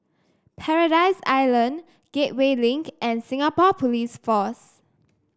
Paradise Island Gateway Link and Singapore Police Force